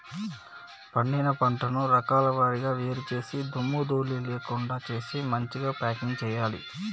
పండిన పంటను రకాల వారీగా వేరు చేసి దుమ్ము ధూళి లేకుండా చేసి మంచిగ ప్యాకింగ్ చేయాలి